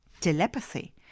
Telepathy